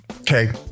okay